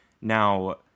Now